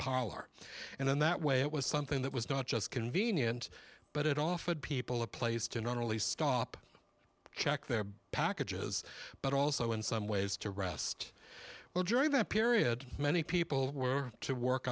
parlor and in that way it was something that was not just convenient but it often people a place to not only stop check their packages but also in some ways to rest well during that period many people were to work